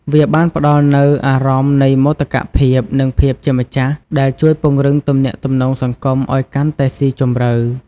វាបានផ្តល់នូវអារម្មណ៍នៃមោទកភាព និងភាពជាម្ចាស់ ដែលជួយពង្រឹងទំនាក់ទំនងសង្គមឱ្យកាន់តែស៊ីជម្រៅ។